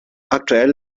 aktuell